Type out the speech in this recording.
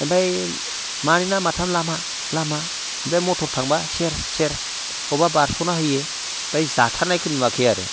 ओमफ्राय मानैना माथाम लामा लामा बे मथर थांब्ला सेर सेर अबेबा बारस'ना होयो ओमफ्राय जाथारनायखौ नुवाखै आरो